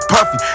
Puffy